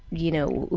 you know,